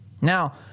Now